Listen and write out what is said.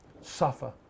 suffer